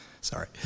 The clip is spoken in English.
Sorry